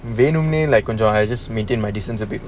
they normally like control has just maintain my distance a bit